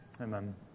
Amen